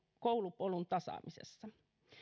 koulupolun tasaamisessa